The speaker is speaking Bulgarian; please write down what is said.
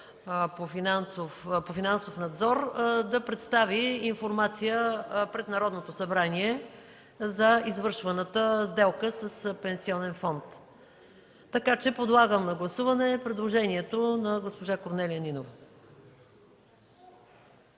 за финансов надзор, да представи информация пред Народното събрание за извършваната сделка с пенсионен фонд. Подлагам на гласуване предложението на госпожа Корнелия Нинова.